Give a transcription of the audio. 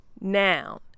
noun